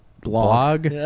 blog